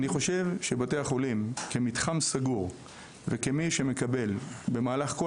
אני חושב שבתי החולים כמתחם סגור וכמי שמקבל במהלך כל